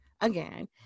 again